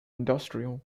industrial